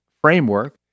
framework